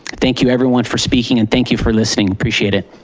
thank you everyone for speaking and thank you for listening, appreciate it.